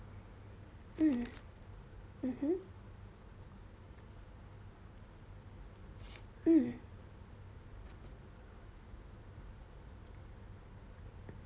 mm mmhmm mm